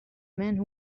man